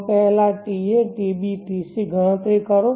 તો પહેલાંta tb tc ગણતરી કરો